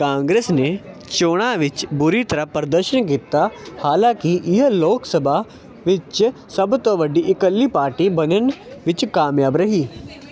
ਕਾਂਗਰਸ ਨੇ ਚੋਣਾਂ ਵਿੱਚ ਬੁਰੀ ਤਰ੍ਹਾਂ ਪ੍ਰਦਰਸ਼ਨ ਕੀਤਾ ਹਾਲਾਂਕਿ ਇਹ ਲੋਕ ਸਭਾ ਵਿੱਚ ਸਭ ਤੋਂ ਵੱਡੀ ਇਕੱਲੀ ਪਾਰਟੀ ਬਣਨ ਵਿੱਚ ਕਾਮਯਾਬ ਰਹੀ